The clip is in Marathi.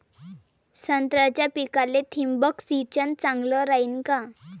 संत्र्याच्या पिकाले थिंबक सिंचन चांगलं रायीन का?